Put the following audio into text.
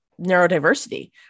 neurodiversity